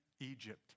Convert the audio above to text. Egypt